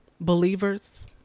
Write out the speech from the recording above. believers